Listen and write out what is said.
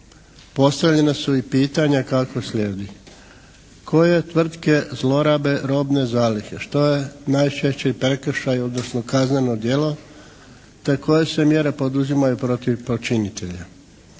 postavljena su i pitanja kako slijedi. Koje tvrtke zlorabe robne zalihe? Što je najčešći prekršaj, odnosno kazneno djelo te koje se mjere poduzimaju protiv počinitelja?